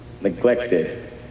neglected